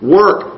work